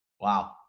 Wow